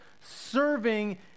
serving